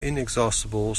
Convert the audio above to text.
inexhaustible